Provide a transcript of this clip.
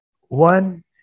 one